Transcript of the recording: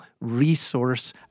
resource